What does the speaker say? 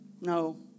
No